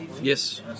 Yes